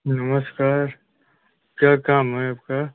नमस्कार क्या काम है आपका